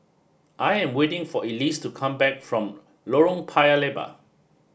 I am waiting for Elyse to come back from Lorong Paya Lebar